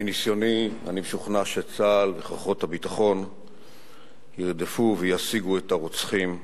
מניסיוני אני משוכנע שצה"ל וכוחות הביטחון ירדפו וישיגו את הרוצחים,